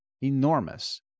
enormous